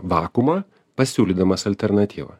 vakuumą pasiūlydamas alternatyvą